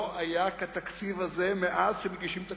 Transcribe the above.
היה כתקציב הזה מאז שמגישים תקציבים.